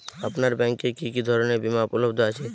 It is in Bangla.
আপনার ব্যাঙ্ক এ কি কি ধরনের বিমা উপলব্ধ আছে?